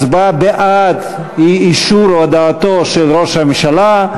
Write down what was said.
הצבעה בעד היא אישור הודעתו של ראש הממשלה,